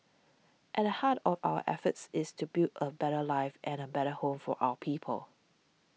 at the heart of our efforts is to build a better life and a better home for our people